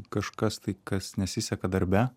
kažkas tai kas nesiseka darbe